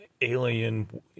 alien